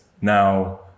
now